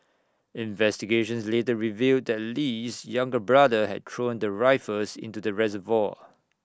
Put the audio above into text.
investigations later revealed that Lee's younger brother had thrown the rifles into the reservoir